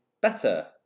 better